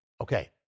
Okay